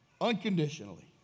unconditionally